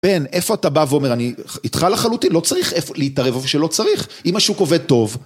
פן, איפה אתה בא ואומר, אני איתך חלוטין, לא צריך איפה.. להתערב איפה שלא צריך, אם השוק עובד טוב.